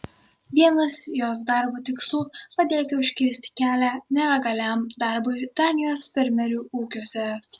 vienas jos darbo tikslų padėti užkirsti kelią nelegaliam darbui danijos fermerių ūkiuose